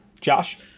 Josh